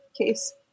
case